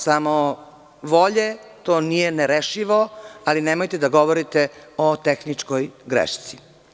Samo malo volje, to nije nerešivo, ali nemojte da govorite o tehničkoj greški.